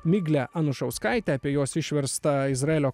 migle anušauskaite apie jos išverstą izraelio